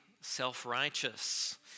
self-righteous